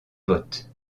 votes